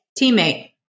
Teammate